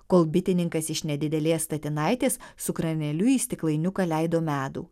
kol bitininkas iš nedidelės statinaitės su kraneliu į stiklainiuką leido medų